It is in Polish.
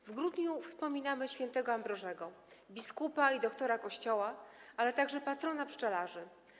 W grudniu wspominamy św. Ambrożego, biskupa i doktora Kościoła, ale także patrona pszczelarzy.